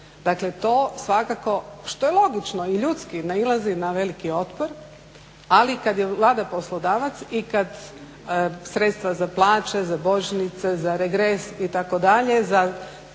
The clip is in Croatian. Dakle, to svakako što je logično i ljudski nailazi na veliki otpor. Ali kad je Vlada poslodavac i kad sredstva za plaće, za božićnice, za regres itd., za